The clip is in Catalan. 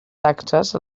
taxes